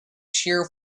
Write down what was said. shear